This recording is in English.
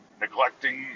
neglecting